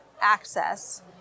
access